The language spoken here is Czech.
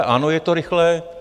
Ano, je to rychlé.